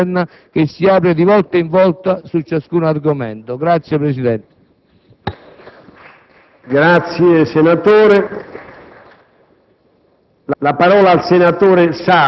talvolta imprevedibile, di una dialettica interna che si apre di volta in volta su ciascun argomento». *(Applausi